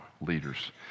leaders